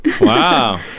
Wow